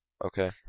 okay